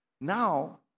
Now